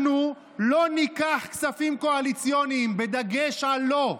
אנחנו לא ניקח כספים קואליציוניים, בדגש על לא.